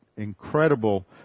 incredible